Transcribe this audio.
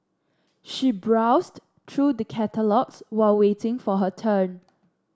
she browsed through the catalogues while waiting for her turn